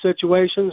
situations